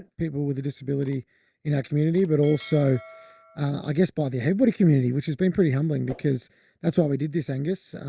people with a disability in our community, but also i guess by the able bodied community, which has been pretty humbling because that's why we did this angus.